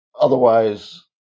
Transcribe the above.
otherwise